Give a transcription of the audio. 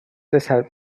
deshalb